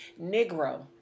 negro